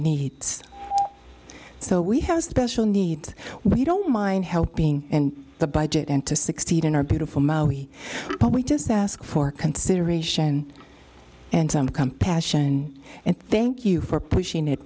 needs so we have special needs we don't mind helping and the budget and to succeed in our beautiful mao he probably just ask for consideration and some compassion and thank you for pushing it